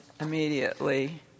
immediately